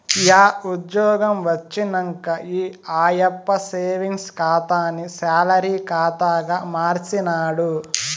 yeah ఉజ్జ్యోగం వచ్చినంక ఈ ఆయప్ప సేవింగ్స్ ఖాతాని సాలరీ కాతాగా మార్చినాడు